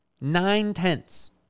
Nine-tenths